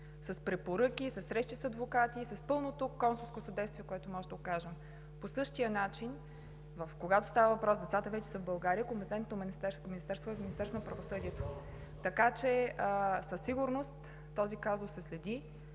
с препоръки, със срещи с адвокати, с пълното консулско съдействие, което може да окажем. По същия начин, когато става въпрос и децата вече са в България, компетентното министерство е Министерството на правосъдието. Така че със сигурност този казус се следи,